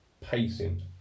pacing